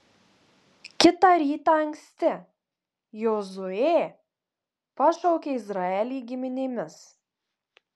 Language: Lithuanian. kitą rytą anksti jozuė pašaukė izraelį giminėmis